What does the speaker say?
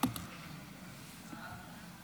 כבוד היושב-ראש,